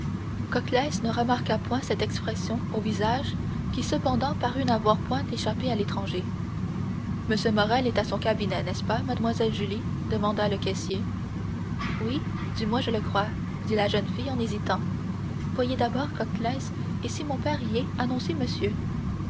ne remarqua point cette expression de visage qui cependant parut n'avoir point échappé à l'étranger m morrel est à son cabinet n'est-ce pas mademoiselle julie demanda le caissier oui du moins je le crois dit la jeune fille en hésitant voyez d'abord coclès et si mon père y est annoncez monsieur